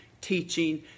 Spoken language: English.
teaching